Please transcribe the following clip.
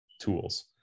tools